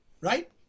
right